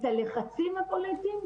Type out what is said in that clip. את הלחצים הפוליטיים.